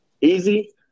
easy